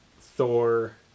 Thor